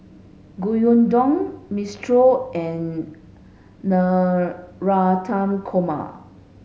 Gyudon Minestrone and Navratan Korma